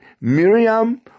Miriam